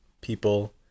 people